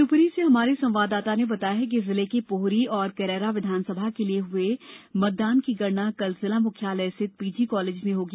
शिवपुरी से हमारे संवाददाता ने बताया है कि जिले के पोहरी और करेरा विधानसभा के लिये हुए मतदान की गणना कल जिला मुख्यालय स्थित पीजी कॉलेज में होगी